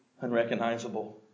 unrecognizable